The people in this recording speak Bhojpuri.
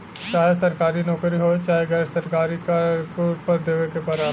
चाहे सरकारी नउकरी होये चाहे गैर सरकारी कर कुल पर देवे के पड़ला